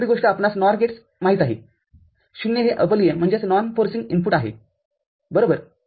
दुसरी गोष्ट आपणास NOR गेटसाठीमाहीत आहे० हे अबलीयइनपुटआहे बरोबर